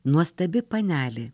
nuostabi panelė